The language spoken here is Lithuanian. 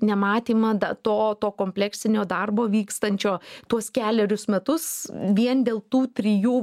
nematymą dar to to kompleksinio darbo vykstančio tuos kelerius metus vien dėl tų trijų